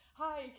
hi